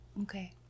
Okay